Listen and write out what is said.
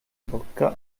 bocca